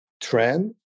trend